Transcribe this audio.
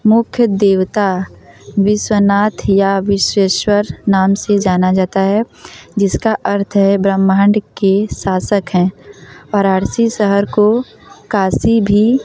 मुख्य देवता विश्वनाथ या विश्वेश्वर नाम से जाना जाता है जिसका अर्थ है ब्रह्माण्ड के शासक हैं वाराणसी शहर को काशी भी